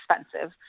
expensive